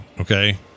Okay